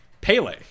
Pele